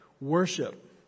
worship